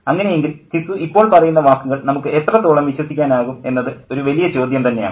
അങ്ങനെയെങ്കിൽ ഘിസു ഇപ്പോൾ പറയുന്ന വാക്കുകൾ നമുക്ക് എത്രത്തോളം വിശ്വസിക്കാനാകും എന്നത് ഒരു വലിയ ചോദ്യം തന്നെയാണ്